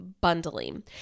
bundling